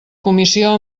comissió